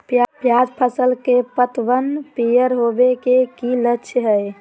प्याज फसल में पतबन पियर होवे के की लक्षण हय?